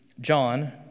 John